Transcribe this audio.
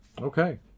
Okay